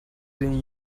den